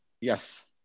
yes